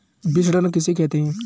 विपणन किसे कहते हैं?